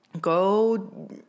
Go